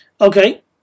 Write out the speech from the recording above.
Okay